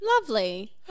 Lovely